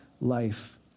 life